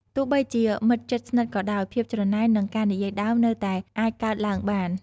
ទោះបីជាមិត្តជិតស្និទ្ធក៏ដោយ ភាពច្រណែន និងការនិយាយដើមនៅតែអាចកើតឡើងបាន។